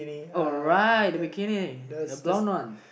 alright the bikinI the brown one